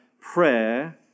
prayer